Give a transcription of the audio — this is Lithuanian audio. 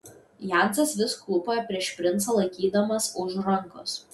jensas vis klūpojo prieš princą laikydamas už rankos